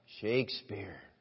Shakespeare